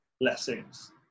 blessings